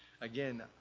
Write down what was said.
again